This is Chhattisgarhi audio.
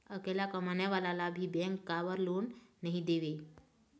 अकेला कमाने वाला ला भी बैंक काबर लोन नहीं देवे?